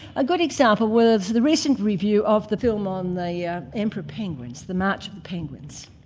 a good example was the recent review of the film on the yeah emperor penguins, the march of the penguins.